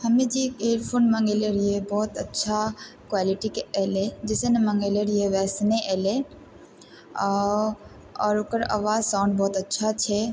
हमे जे earphone मङ्गेले रहियइ बहुत अच्छा क्वालिटीके एलय जैसने मङ्गेले रहियइ वैसने एलय आओर ओकर आवाज साउंड बहुत अच्छा छै